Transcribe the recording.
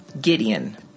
Gideon